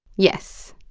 yes,